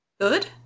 good